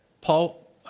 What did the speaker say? Paul